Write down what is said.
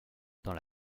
dans